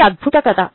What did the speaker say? ఇది అద్భుత కథ